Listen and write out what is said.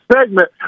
segment